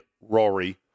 Rory